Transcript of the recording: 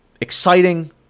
exciting